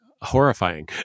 horrifying